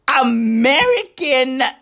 American